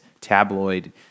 tabloid